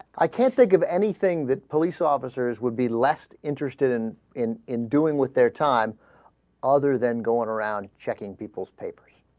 i can't think of anything that police officers would be less interested in in in doing with their time other than going around checking people's papers